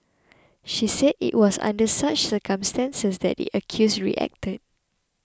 she said it was under such circumstances that the accused reacted